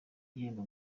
gihembo